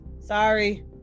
Sorry